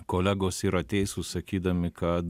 kolegos yra teisūs sakydami kad